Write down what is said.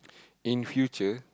in future